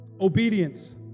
Obedience